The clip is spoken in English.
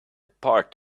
part